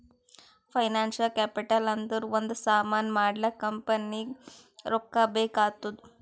financial capital ಅಂದುರ್ ಒಂದ್ ಸಾಮಾನ್ ಮಾಡ್ಲಾಕ ಕಂಪನಿಗ್ ರೊಕ್ಕಾ ಬೇಕ್ ಆತ್ತುದ್